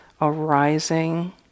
arising